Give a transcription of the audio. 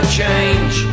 change